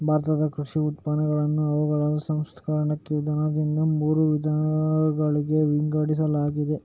ಭಾರತದ ಕೃಷಿ ಉತ್ಪನ್ನಗಳನ್ನು ಅವುಗಳ ಸಂಸ್ಕರಣ ವಿಧಾನದಿಂದ ಮೂರು ವಿಧಗಳಾಗಿ ವಿಂಗಡಿಸಲಾಗಿದೆ